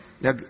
Now